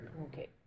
Okay